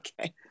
Okay